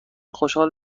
خوشحال